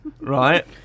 Right